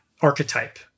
archetype